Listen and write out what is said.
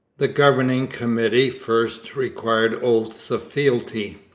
the governing committee first required oaths of fealty.